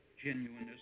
genuineness